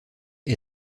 est